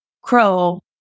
Crow